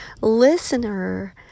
listener